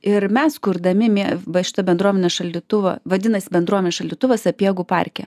ir mes kurdami mie va šitą bendruomenės šaldytuvą vadinasi bendruomenės šaldytuvas sapiegų parke